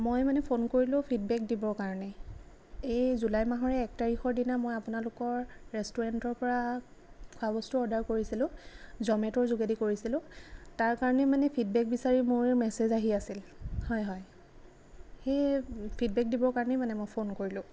মই মানে ফোন কৰিলোঁ ফিডবেক দিবৰ কাৰণে এই জুলাই মাহৰ এক তাৰিখৰ দিনা মই আপোনালোকৰ ৰেষ্টুৰেণ্টৰ পৰা খোৱা বস্তু অৰ্ডাৰ কৰিছিলোঁ জমেটোৰ যোগেদি কৰিছিলোঁ তাৰ কাৰণে মানে ফিডবেক বিচাৰি মোৰ মেচেজ আহি আছিল হয় হয় সেই ফিডবেক দিবৰ কাৰণেই মানে মই ফোন কৰিলোঁ